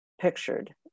pictured